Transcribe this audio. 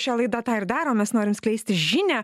šią laidą tą ir daromės norim skleisti žinią